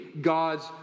God's